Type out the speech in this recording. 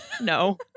No